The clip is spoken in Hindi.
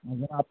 मगर आपको